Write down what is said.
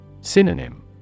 Synonym